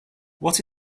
what